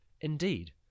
Indeed